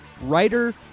writer